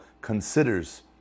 considers